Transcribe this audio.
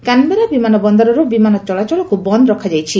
Canberra ବିମାନ ବନ୍ଦରରୁ ବିମାନ ଚଳାଚଳକୁ ବନ୍ଦ ରଖାଯାଇଛି